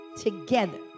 together